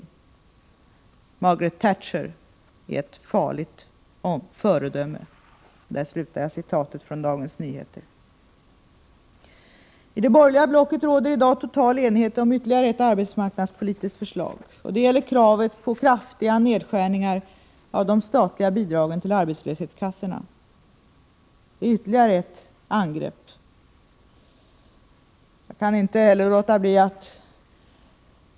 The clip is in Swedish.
Margaret Thatcher är ett farligt föredöme.” I det borgerliga blocket råder i dag total enighet om ytterligare ett arbetsmarknadspolitiskt förslag. Det gäller kravet på kraftiga nedskärningar av de statliga bidragen till arbetslöshetskassorna. Här handlar det om ytterligare ett angrepp.